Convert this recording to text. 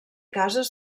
cases